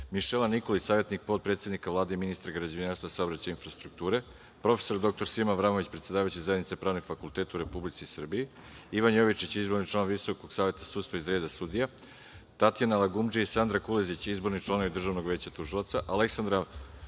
Mišela Nikolić, savetnik potpredsednika Vlade i ministra građevinarstva, saobraćaja i infrastrukture, prof. dr Sima Avramović, predsedavajući Zajednice pravnih fakulteta u Republici Srbiji, Ivan Jovičić, izborni član Visokog saveta sudstva iz reda sudija, Tatjana Lagundžija i Sandra Kulezić, izborni članovi Državnog veća tužilaca, Aleksandar